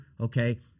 Okay